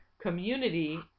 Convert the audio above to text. community